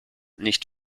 nicht